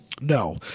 No